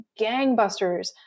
gangbusters